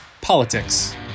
politics